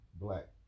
black